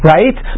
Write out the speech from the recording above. Right